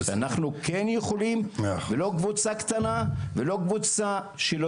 אנחנו כן יכולים, ולא קבוצה קטנה ולא יכולה.